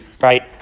right